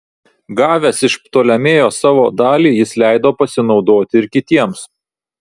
gavęs iš ptolemėjo savo dalį jis leido pasinaudoti ir kitiems